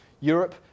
Europe